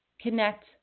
connect